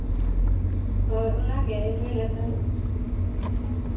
ᱦᱳᱭ ᱚᱱᱟᱜᱮ ᱢᱮᱱᱮᱫ ᱛᱟᱦᱮᱸᱜ